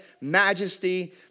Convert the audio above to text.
majesty